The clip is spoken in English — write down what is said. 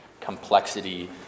complexity